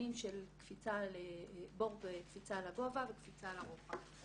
מתקנים של בור קפיצה לגובה וקפיצה לרוחק.